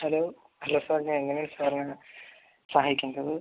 hello hello sir ഞാൻ എങ്ങനെയാണ് സാറിനെ സഹായിക്കേണ്ടത്